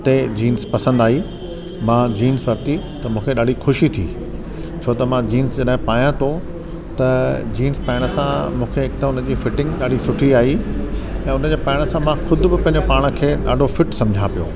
ते जींस पसंदि आई मां जींस वरती त मूंखे ॾाढी ख़ुशी थी छो त मां जींस जॾहिं पायां थो त जींस पाइण सां मूंखे हिकु त हुन जी फिटिंग ॾाढी सुठी आई ऐं हुन खे पाइण खां मां ख़ुद बि पंहिंजे पाण खे ॾाढो फिट सम्झां पियो